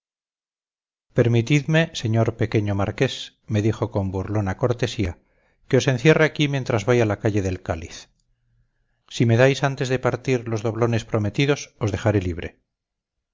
permitidme señor pequeño marqués me dijo con burlona cortesía que os encierre aquí mientras voy a la calle del cáliz si me dais antes de partir los doblones prometidos os dejaré libre